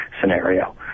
scenario